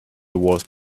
was